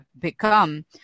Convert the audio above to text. become